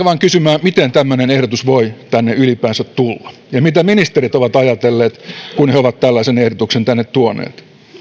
vain kysymään miten tämmöinen ehdotus voi tänne ylipäänsä tulla ja mitä ministerit ovat ajatelleet kun he ovat tällaisen ehdotuksen tänne tuoneet